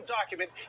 document